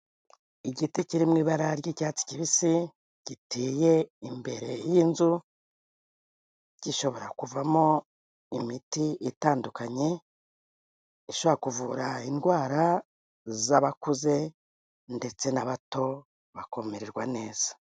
Igiti kiri mu ibara ry'icyatsi kibisi giteye imbere y'inzu, gishobora kuvamo imiti itandukanye ishobora kuvura indwara z'abakuze ndetse n'abato bakamererwa neza.